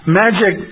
magic